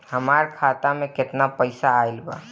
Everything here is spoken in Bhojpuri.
हमार खाता मे केतना पईसा आइल बा?